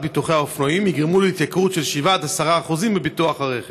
ביטוחי האופנועים יגרמו להתייקרות של 7% עד 10% בביטוח הרכב.